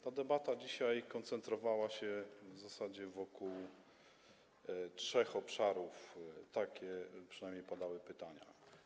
Ta debata dzisiaj koncentrowała się w zasadzie na trzech obszarach, takie przynajmniej padały pytania.